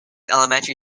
elementary